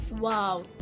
wow